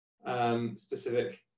specific